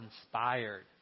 inspired